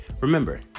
Remember